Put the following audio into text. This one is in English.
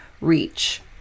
reach